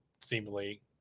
seemingly